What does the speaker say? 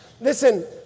Listen